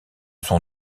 sont